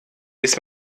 bis